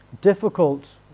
difficult